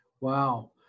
Wow